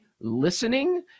listening